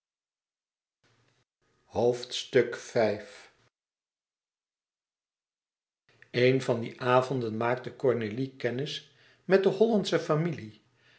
een van die avonden maakte cornélie kennis met de hollandsche familie